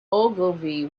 ogilvy